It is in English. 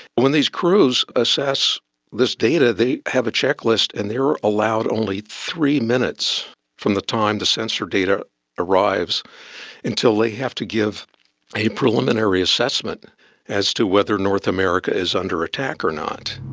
when these crews assess this data, they have a checklist and they are allowed only three minutes from the time the sensor data arrives until they have to give a preliminary assessment as to whether north america is under attack or not.